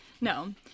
No